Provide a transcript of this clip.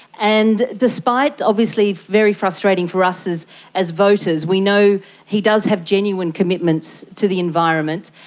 and despite obviously very frustrating for us as as voters, we know he does have genuine commitments to the environment.